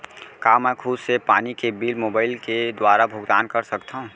का मैं खुद से पानी के बिल मोबाईल के दुवारा भुगतान कर सकथव?